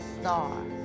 star